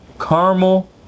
caramel